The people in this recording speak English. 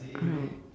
correct